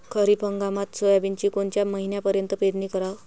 खरीप हंगामात सोयाबीनची कोनच्या महिन्यापर्यंत पेरनी कराव?